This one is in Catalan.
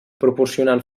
proporcionant